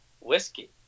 Whiskey